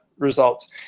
results